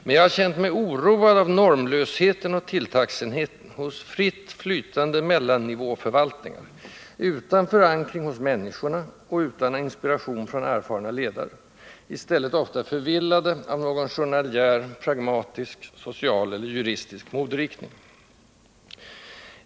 Men jag har känt mig oroad av normlösheten och tilltagsenheten hos fritt flytande mellannivåförvaltningar, utan förankring hos människorna och utan inspiration från erfarna ledare; i stället ofta förvillade av någon journaljär, pragmatisk social eller juristisk moderiktning.